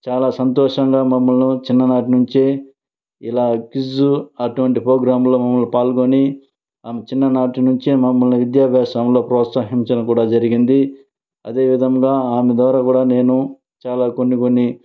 చాలా సంతోషంగా మమ్మల్ని చిన్ననాటినుంచే ఇలా క్విజ్ అటువంటి ప్రోగ్రాముల్లో మమ్మల్ని పొల్గొని ఆమె చిన్ననాటినుంచే మమ్మల్ని విద్యాభ్యాసంలో ప్రోత్సహించడం కూడ జరిగింది అదేవిధంగా ఆమె ద్వారా కూడ నేను చాలా కొన్ని కొన్ని